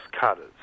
cutters